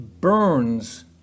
burns